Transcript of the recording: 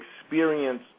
experience